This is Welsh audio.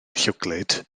llwglyd